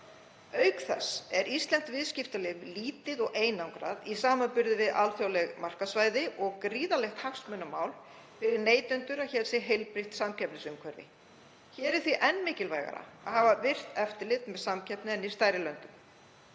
Auk þess er íslenskt viðskiptalíf lítið og einangrað í samanburði við alþjóðleg markaðssvæði og gríðarlegt hagsmunamál fyrir neytendur að hér sé heilbrigt samkeppnisumhverfi. Hér er því enn mikilvægara að hafa virkt eftirlit með samkeppni en í stærri löndum.